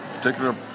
particular